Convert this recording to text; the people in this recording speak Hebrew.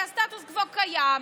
כי הסטטוס קוו קיים,